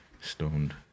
stoned